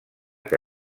que